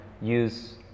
use